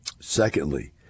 Secondly